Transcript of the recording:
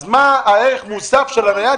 אז מה הערך המוסף של המכשיר הנייד,